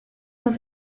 cent